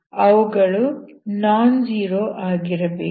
ಅವುಗಳು non zero ಆಗಿರಬೇಕು